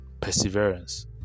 perseverance